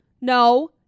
No